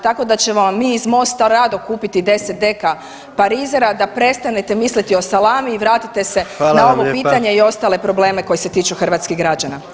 Tako da ćemo vam mi iz Mosta rado kupiti 10 deka parizera da prestanete misliti o salami i vratite se na ovo pitanje i ostale probleme koji se tiču hrvatskih građana.